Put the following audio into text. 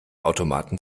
automaten